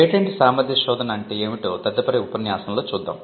patent సామర్థ్య శోధన అంటే ఏమిటో తదుపరి ఉపన్యాసంలో చూద్దాం